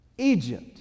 egypt